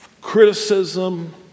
Criticism